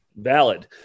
valid